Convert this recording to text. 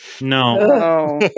No